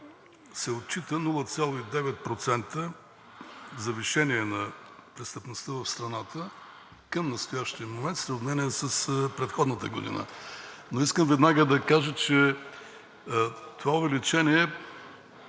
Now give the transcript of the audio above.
се отчита 0,9% завишение на престъпността в страната към настоящия момент в сравнение с предходната година. Но искам веднага да кажа, че това увеличение,